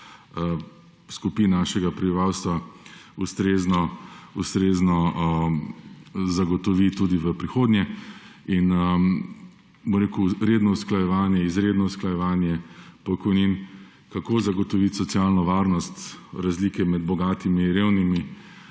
skupin našega prebivalstva ustrezno zagotovi tudi v prihodnje. Redno usklajevanje, izredno usklajevanje pokojnin, kako zagotoviti socialno varnost, razlike med bogatimi in revnimi